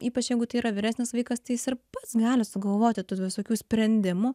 ypač jeigu tai yra vyresnis vaikas tai ir pats gali sugalvoti tų visokių sprendimų